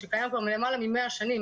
שקיים כבר למעלה מ-100 שנים,